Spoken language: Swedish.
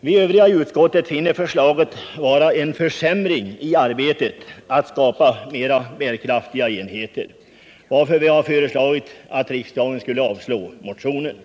Vi övriga i utskottet finner förslaget vara en försämring i arbetet att skapa mer bärkraftiga enheter, varför vi har föreslagit riksdagen att avslå motionen.